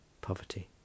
poverty